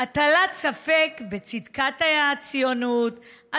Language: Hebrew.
הטלת ספק בצדקת הציונות,